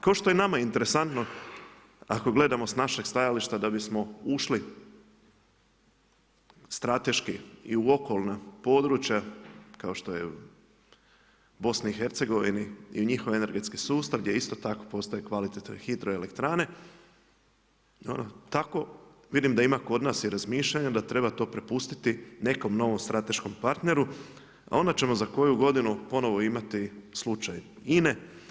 Kao što je nama interesantno, ako gledamo s našeg stajališta, da bismo ušli strateški i u okolna područja, kao što je BIH i njihov energetski sustav, gdje isto tako postoje kvalitetne hidroelektrane, no tako, vidim da ima i kod nas i razmišljanja da treba to propustiti, nekom novom strateškom partneru, a onda ćemo za koju godinu ponovno imati slučaju INA-e.